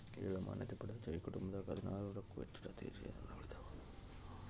ಏಳು ಮಾನ್ಯತೆ ಪಡೆದ ಜೈವಿಕ ಕುಟುಂಬದಾಗ ಹದಿನಾರು ನೂರಕ್ಕೂ ಹೆಚ್ಚು ಜಾತಿಯ ಜೇನು ನೊಣಗಳಿದಾವ